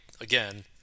again